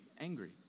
angry